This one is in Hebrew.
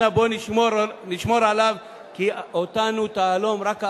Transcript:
אנא, בואו נשמור עליו, כי אותנו תהלום רק האחדות.